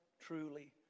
truly